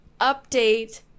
update